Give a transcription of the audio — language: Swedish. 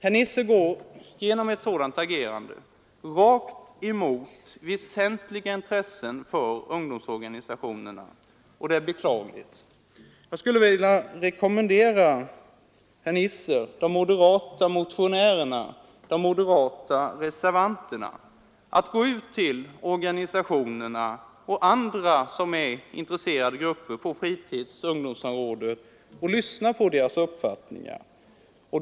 Herr Nisser går genom ett sådant agerande rakt emot väsentliga intressen för ungdomsorganisationerna, och det är beklagligt. Jag skulle vilja rekommendera herr Nisser, de moderata motionärerna och de moderata reservanterna att gå ut till organisationerna och andra intresserade grupper på fritidsoch ungdoms området och lyssna till deras uppfattningar.